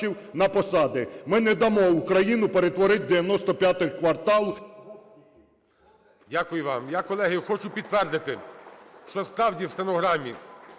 Дякую вам. Я, колеги, хочу підтвердити, що, справді, в стенограмі